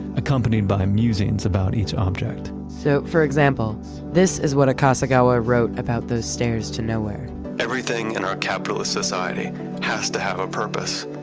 accompanied by musings about each object so, for example this is what akasegawa wrote about those stairs to nowhere everything in our capitalist society has to have a purpose.